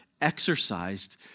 exercised